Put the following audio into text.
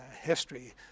history